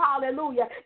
hallelujah